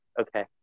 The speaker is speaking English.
Okay